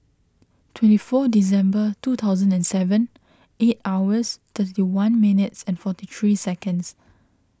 twenty four December two thousand and seven eight hours thirty one minutes and forty three seconds